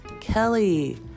Kelly